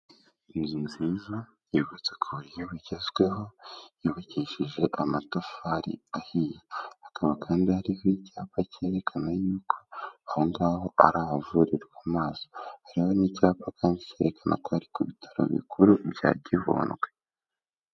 Inzu nziza yibutsa ko buryo bugezweho yubakishije amatafari ahinye hakaba kandi harihoho icyapa cyerekana yuko aho ngaho ari ahavurirwa amaso hari n'icyapa kandi cyerekana ko ari ku bitaro bikuru bya gihundwe.